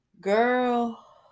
girl